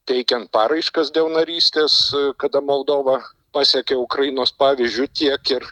teikiant paraiškas dėl narystės kada moldova pasekė ukrainos pavyzdžiu tiek ir